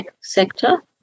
sector